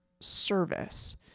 service